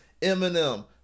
Eminem